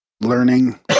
learning